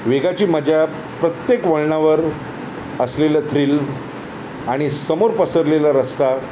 वेगाची मजा प्रत्येक वळणावर असलेलं थ्रिल आणि समोर पसरलेला रस्ता